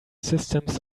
systems